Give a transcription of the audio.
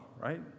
right